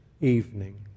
evening